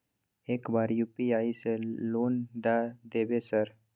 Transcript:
एक बार यु.पी.आई से लोन द देवे सर?